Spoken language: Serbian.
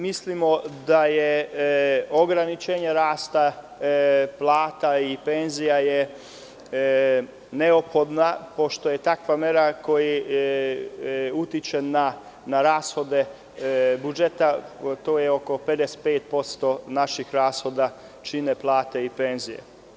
Mislimo da je ograničenje rasta plata i penzija neophodno, pošto je takva mera koja utiče na rashode budžeta, oko 55% naših rashoda čine plate i penzije.